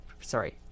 sorry